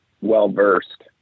well-versed